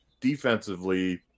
defensively